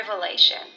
revelation